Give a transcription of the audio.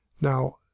Now